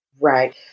Right